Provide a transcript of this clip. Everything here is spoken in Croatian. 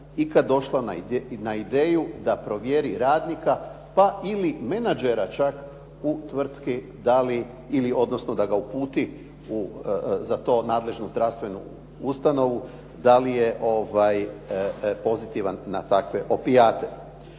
ikada došla na ideju da provjeri radnika pa ili menađera čak u tvrtki da li ili odnosno da ga uputi u za to nadležnu zdravstvenu ustanovu da li je pozitivan na takve opijate.